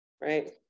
right